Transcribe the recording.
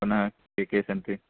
पुनः के के सन्ति